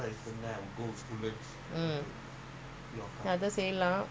understand ah அந்தகஷ்டம்இப்பஇருக்கறகஷ்டம்உங்களுக்குலாதெரில:antha kashtam ipa irukkara kashtam unkalukkulaa therila